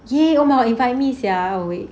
girl invite me sia awake